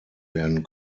werden